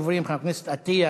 ראשון הדוברים, חבר הכנסת אטיאס,